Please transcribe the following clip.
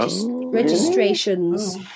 registrations